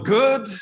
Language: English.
good